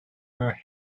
her